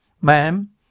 Ma'am